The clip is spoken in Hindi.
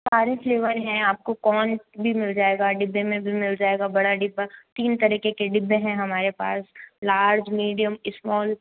सारे फ्लेवर हैं आपको कोन में भी मिल जाएगा डिब्बे में भी मिल जाएगा बड़ा डिब्बा तीन तरीके के डिब्बे है हमारे पास लार्ज मीडियम स्मॉल